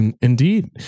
Indeed